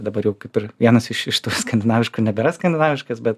dabar jau kaip ir vienas iš iš tų skandinaviškų nebėra skandinaviškas bet